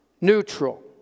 neutral